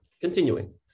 Continuing